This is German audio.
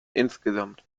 insgesamt